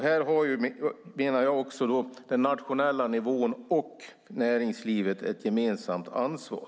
Här har den nationella nivån och näringslivet ett gemensamt ansvar.